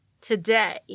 today